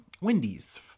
Wendy's